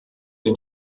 den